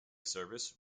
service